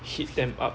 hit them up